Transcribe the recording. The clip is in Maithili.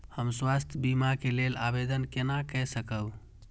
हम स्वास्थ्य बीमा के लेल आवेदन केना कै सकब?